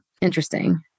Interesting